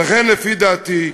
ולכן, לפי דעתי,